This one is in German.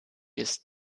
ist